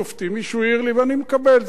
הופיעו הרבה עדים, היו שימועים וכן הלאה,